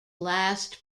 last